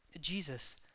Jesus